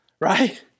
Right